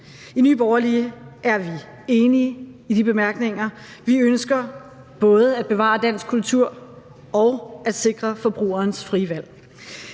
I Nye Borgerlige er vi enige i de bemærkninger. Vi ønsker både at bevare dansk kultur og at sikre forbrugerens frie valg.